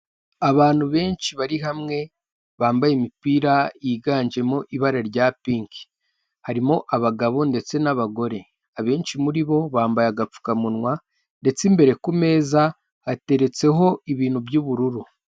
Abantu benshi bari hamwe bambaye imipira yiganjemo ibara rya pinki harimo abagabo ndetse n'abagore, abenshi muri bo bambaye agapfukamunwa ndetse imbere kumeza hateretseho ibintu by'ubururu.